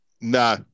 No